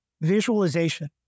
visualization